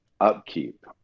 upkeep